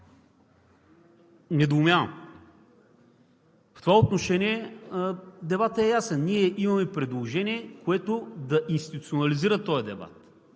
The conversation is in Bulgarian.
Недоумявам! В това отношение дебатът е ясен – ние имаме предложение, което да институционализира този дебат,